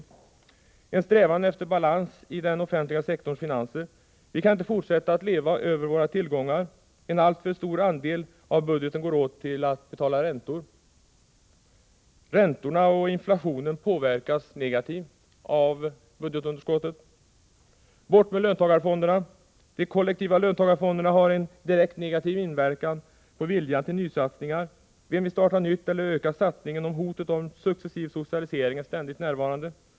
Det krävs en strävan efter balans i den offentliga sektorns finanser. Vi kan inte fortsätta att leva över våra tillgångar. En alltför stor andel av budgeten går till att betala räntor. Räntorna och inflationen påverkas negativt av budgetunderskottet. Bort med löntagarfonderna! De kollektiva löntagarfonderna har en direkt negativ inverkan på viljan till nysatsningar. Vem vill starta nytt eller öka satsningen om hotet om successiv socialisering är ständigt närvarande?